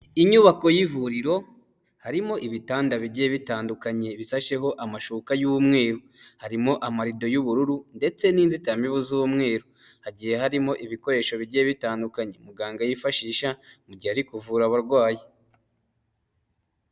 Inyubako y'ivuriro harimo ibitanda bigiye bitandukanye bishasheho amashuka y'umweru, harimo amalido y'ubururu ndetse n'inzitiramibu z'umweru, hagiye harimo ibikoresho bigiye bitandukanye muganga yifashisha mu gihe kuvura abarwayi.